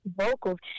vocal